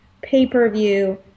pay-per-view